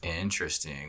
Interesting